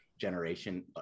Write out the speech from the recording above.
generation